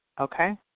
Okay